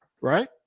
right